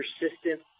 persistent